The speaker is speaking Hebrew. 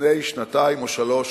לפני שנתיים או שלוש,